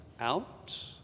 out